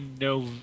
No